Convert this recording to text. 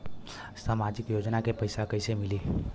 सामाजिक योजना के पैसा कइसे मिली?